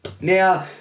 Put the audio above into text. now